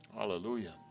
Hallelujah